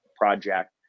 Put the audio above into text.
project